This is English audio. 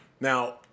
Now